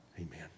Amen